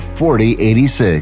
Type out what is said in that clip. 4086